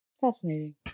Fascinating